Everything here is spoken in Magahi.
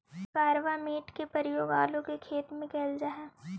कार्बामेट के प्रयोग आलू के खेत में कैल जा हई